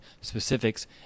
specifics